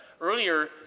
earlier